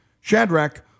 Shadrach